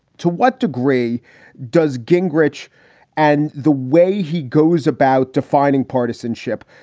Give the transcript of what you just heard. to what degree does gingrich and the way he goes about defining partisanship,